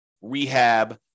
rehab